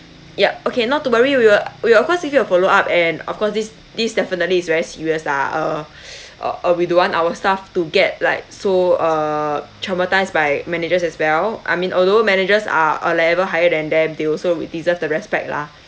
yup okay not to worry we will we'll of course give you a follow up and of course this this definitely is very serious lah uh uh we don't want our staff to get like so err traumatised by managers as well I mean although managers are a level higher than them they also will deserve the respect lah